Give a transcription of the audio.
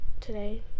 today